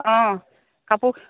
অঁ কাপোৰ